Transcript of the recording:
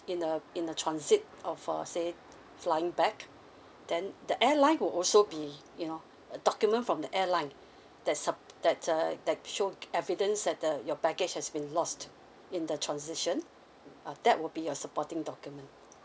in the in the transit of err say flying back then the airline would also be you know err document from the airline that sup~ err that show evidence that your package has been lost in the transition uh that would be your supporting document